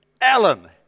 Alan